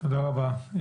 תודה רבה.